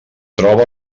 troba